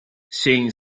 seeing